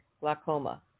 glaucoma